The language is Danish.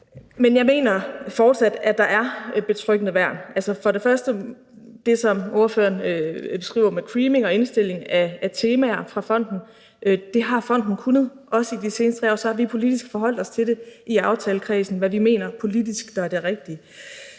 Men jeg mener fortsat, at der er betryggende værn. Altså, først og fremmest vil jeg i forhold til det, som ordføreren beskriver med creaming og indstilling af temaer fra fonden, sige: Det har fonden kunnet, også i de seneste 3 år, og så har vi politisk forholdt os til i aftalekredsen, hvad vi mener politisk der er det rigtige.